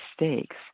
mistakes